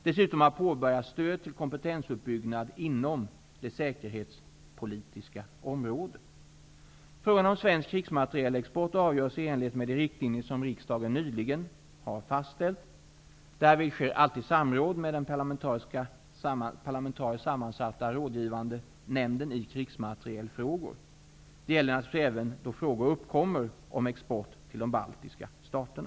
Dessutom har påbörjats stöd till kompetensuppbyggnad inom det säkerhetspolitiska området. Frågan om svensk krigsmaterielexport avgörs i enlighet med de riktlinjer som riksdagen nyligen har fastställt. Därvid sker alltid samråd med den parlamentariskt sammansatta rådgivande nämnden i krigsmaterielexportfrågor. Det gäller naturligtvis även då frågor uppkommer om export till de baltiska staterna.